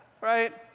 right